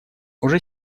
уже